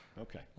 Okay